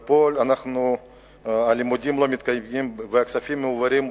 ופה הלימודים לא מתקיימים והכספים מועברים,